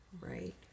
right